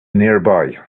nearby